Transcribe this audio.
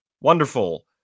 Wonderful